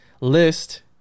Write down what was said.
list